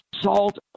salt